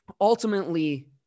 ultimately